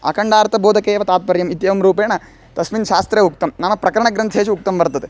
अखण्डार्थबोधके एव तात्पर्यम् इत्येवं रूपेण तस्मिन् शास्त्रे उक्तं नाम प्रकरणग्रन्थेषु उक्तं वर्तते